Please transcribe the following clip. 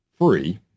free